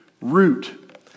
root